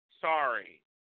Sorry